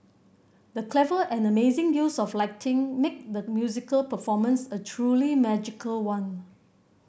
the clever and amazing use of lighting made the musical performance a truly magical one